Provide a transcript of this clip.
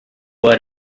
what